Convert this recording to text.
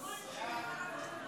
סעיפים 1